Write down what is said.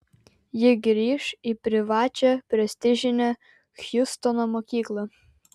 ji grįš į privačią prestižinę hjustono mokyklą